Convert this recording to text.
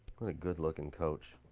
a good looking coach.